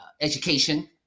education